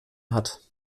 hat